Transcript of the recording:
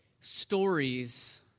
stories